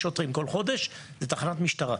80 שוטרים כל חודש זה תחנת משטרה.